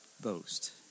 boast